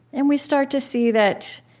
and we start to see that